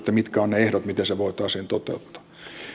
mitkä ovat ne ehdot miten se voitaisiin toteuttaa